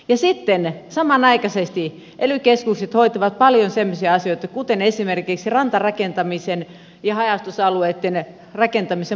ja sitten samanaikaisesti ely keskukset hoitavat paljon semmoisia asioita kuten esimerkiksi rantarakentamisen ja haja asutusalueitten rakentamisen poikkeusluvat